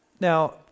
Now